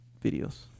videos